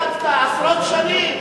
שלטת עשרות שנים.